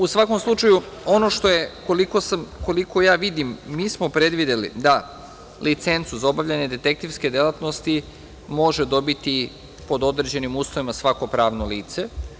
U svakom slučaju, koliko ja vidim, mi smo predvideli da licencu za obavljanje detektivske delatnosti može dobiti, pod određenim uslovima, svako pravno lice.